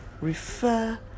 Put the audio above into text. refer